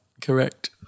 Correct